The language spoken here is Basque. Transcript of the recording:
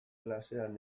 klasean